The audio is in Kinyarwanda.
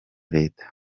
leta